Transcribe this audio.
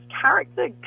character